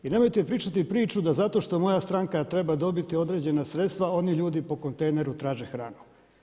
I nemojte pričati priču da zato što moja stranka treba dobiti određena sredstva oni ljudi po kontejneru traže hranu.